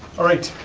all right,